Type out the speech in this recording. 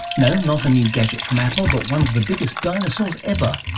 no, not a new gadget from apple but one of the biggest dinosaurs ever.